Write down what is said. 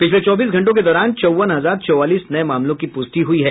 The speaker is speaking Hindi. पिछले चौबीस घंटों के दौरान चौवन हजार चौवालीस नए मामलों की पुष्टि हुई है